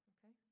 Okay